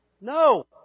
No